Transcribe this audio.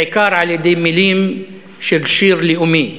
בעיקר על-ידי מילים של שיר לאומי.